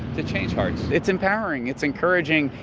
to change hearts. it's empowering. it's encouraging.